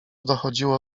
dochodziło